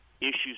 issues